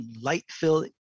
light-filled